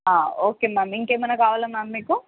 okay ma'am ఇంకేమైనా కావాలా ma'am మీకు